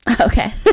okay